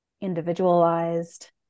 individualized